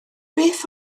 beth